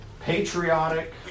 patriotic